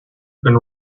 been